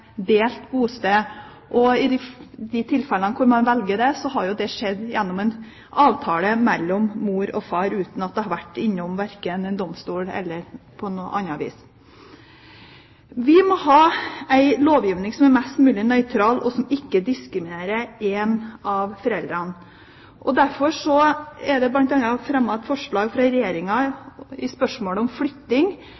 det, har det skjedd gjennom en avtale mellom mor og far uten at det har vært innom verken domstol eller annet sted. Vi må ha en lovgivning som er mest mulig nøytral og som ikke diskriminerer én av foreldrene. Derfor er det bl.a. fremmet et forslag fra